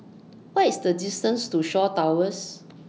What IS The distance to Shaw Towers